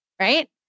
right